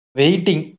waiting